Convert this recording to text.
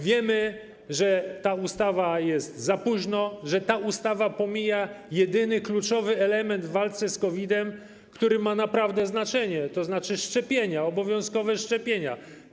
Wiemy, że ta ustawa jest za późno, że ta ustawa pomija jedyny kluczowy element w walce z COVID-em, który ma naprawdę znaczenie, to znaczy szczepienia, obowiązkowe szczepienia.